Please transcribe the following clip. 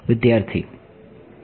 વિદ્યાર્થી